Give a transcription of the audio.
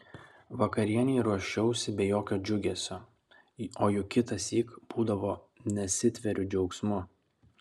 vakarienei ruošiausi be jokio džiugesio o juk kitąsyk būdavo nesitveriu džiaugsmu